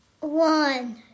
One